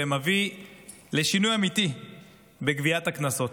והוא מביא לשינוי אמיתי בגביית הקנסות.